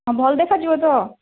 ହଁ ଭଲ ଦେଖାଯିବ ତ